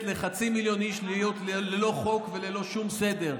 לחצי מיליון איש להיות ללא חוק וללא שום סדר.